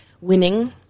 winning